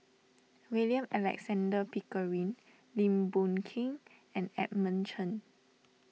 William Alexander Pickering Lim Boon Keng and Edmund Chen